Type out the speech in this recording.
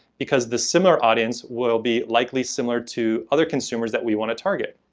because the similar audience will be likely similar to other consumers that we want to target.